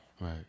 Right